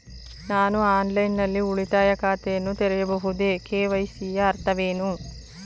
ನಾನು ಆನ್ಲೈನ್ ನಲ್ಲಿ ಉಳಿತಾಯ ಖಾತೆಯನ್ನು ತೆರೆಯಬಹುದೇ? ಕೆ.ವೈ.ಸಿ ಯ ಅರ್ಥವೇನು?